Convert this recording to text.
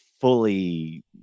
fully